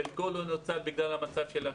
חלקו לא נוצל בגלל הקורונה.